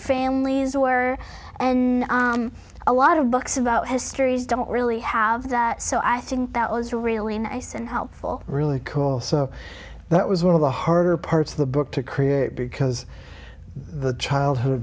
families were and a lot of books about histories don't really have that so i think that was really nice and helpful really cool so that was one of the harder parts of the book to create because the child